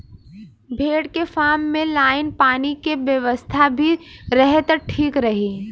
भेड़ के फार्म में लाइन पानी के व्यवस्था भी रहे त ठीक रही